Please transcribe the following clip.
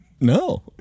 No